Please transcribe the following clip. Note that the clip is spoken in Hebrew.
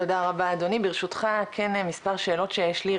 תודה רבה אדוני, ברשותך, כן מספר שאלות שיש לי.